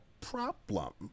problem